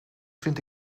vindt